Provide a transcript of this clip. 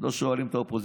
לא שואלים את האופוזיציה.